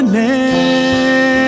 name